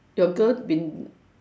your girl been